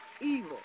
evil